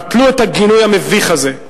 בטלו את הגינוי המביך הזה.